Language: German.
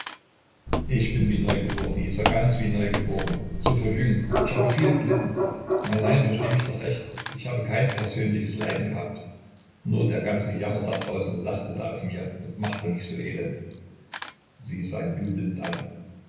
ich bin wie neugeboren isa ganz wie neugeboren so verjüngt ich habe viel gelitten nein nein versteh mich doch recht ich habe kein persönliches leides gehabt nur der ganze jammer da draußen lastete auf mir und machte mich so elend sie sah ihn jubelnd an